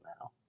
now